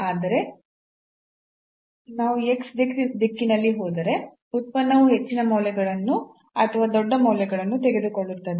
ಆದರೆ ನಾವು x ನ ದಿಕ್ಕಿನಲ್ಲಿ ಹೋದರೆ ಉತ್ಪನ್ನವು ಹೆಚ್ಚಿನ ಮೌಲ್ಯಗಳನ್ನು ಅಥವಾ ದೊಡ್ಡ ಮೌಲ್ಯಗಳನ್ನು ತೆಗೆದುಕೊಳ್ಳುತ್ತದೆ